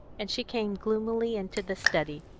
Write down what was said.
and she came gloomily into the study,